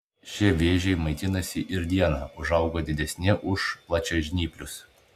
šie vėžiai maitinasi ir dieną užauga didesni už plačiažnyplius